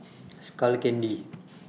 Skull Candy